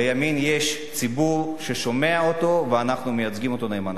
לימין יש ציבור ששומע אותו ואנחנו מייצגים אותו נאמנה.